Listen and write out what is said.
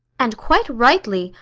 and quite rightly.